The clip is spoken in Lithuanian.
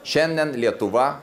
šiandien lietuva